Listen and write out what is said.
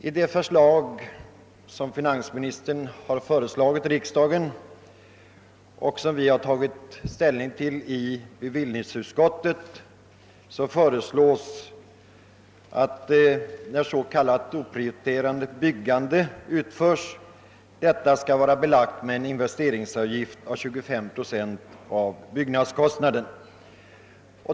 I det förslag som finansministern har förelagt riksdagen och som vi har tagit ställning till i bevillningsutskottet föreslås att s.k. oprioriterat byggande skall vara belagt med en investeringsavgift på 235 procent av byggnadskostnaden.